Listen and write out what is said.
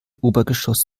obergeschoss